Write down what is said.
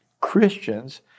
Christians